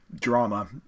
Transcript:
drama